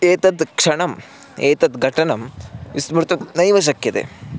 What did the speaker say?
एतद् क्षणम् एतद् घटनं विस्मर्तुं नैव शक्यते